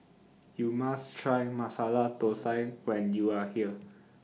YOU must Try Masala Thosai when YOU Are here